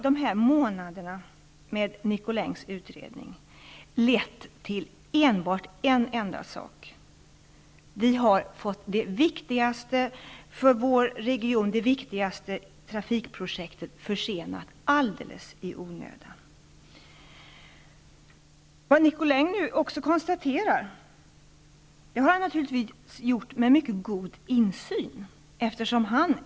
De månader som Nicolins utredning pågått har då lett till en enda sak: vi har fått det för vår region viktigaste trafikprojektet försenat alldeles i onödan. Vad Nicolin nu också konstaterar har han naturligtvis kunnat komma fram till på grundval av en mycket god insyn.